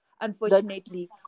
unfortunately